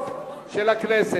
והספורט נתקבלה.